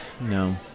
No